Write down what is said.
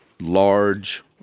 large